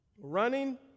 Running